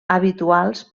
habituals